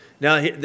Now